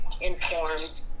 informed